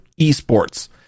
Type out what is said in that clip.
esports